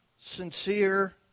sincere